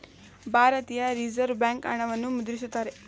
ಭಾರತೀಯ Reserve Bank ಹಣವನ್ನು ಮುದ್ರಿಸುತ್ತಾರೆ